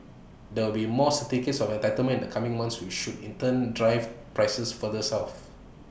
there will be more certificates of entitlement in the coming months which should in turn drive prices further south